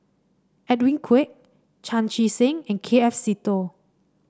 Edwin Koek Chan Chee Seng and K F Seetoh